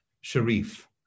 Sharif